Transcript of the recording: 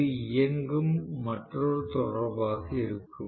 இது இயங்கும் மற்றொரு தொடர்பாக இருக்கும்